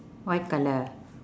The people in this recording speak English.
white colour